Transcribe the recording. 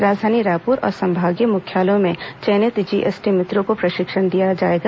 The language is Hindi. राजधानी रायपुर और संभागीय मुख्यालयों में चयनित जीएसटी मित्रों को प्रशिक्षण दिया गया है